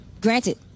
granted